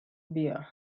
بیار